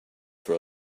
for